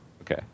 Okay